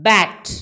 Bat